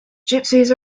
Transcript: gypsies